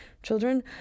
children